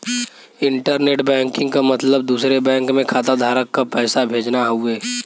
internet banking क मतलब दूसरे बैंक में खाताधारक क पैसा भेजना हउवे